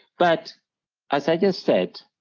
but as i just said,